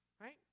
right